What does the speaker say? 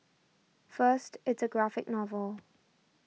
first it's a graphic novel